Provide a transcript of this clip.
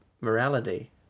morality